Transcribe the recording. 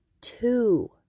two